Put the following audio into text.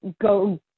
go